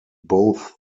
both